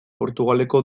portugaleko